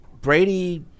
Brady